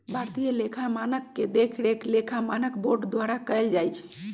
भारतीय लेखा मानक के देखरेख लेखा मानक बोर्ड द्वारा कएल जाइ छइ